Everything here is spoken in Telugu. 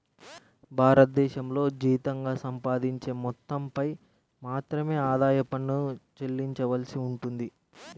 భారతదేశంలో జీతంగా సంపాదించే మొత్తంపై మాత్రమే ఆదాయ పన్ను చెల్లించవలసి ఉంటుంది